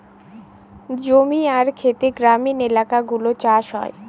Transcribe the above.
জমি আর খেতে গ্রামীণ এলাকাগুলো চাষ হয়